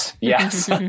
Yes